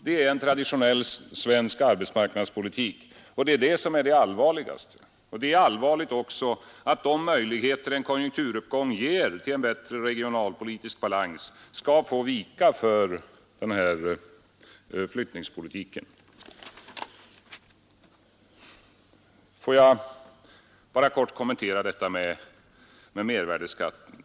Det är en traditionell svensk arbetsmarknadspolitik att flytta folk, vilket är det allvarliga. Det är också allvarligt att de möjligheter en konjunkturuppgång ger till en bättre regionalpolitisk balans skall få vika för denna flyttningspolitik. Får jag kort kommentera detta med mervärdeskatten.